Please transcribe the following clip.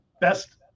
Best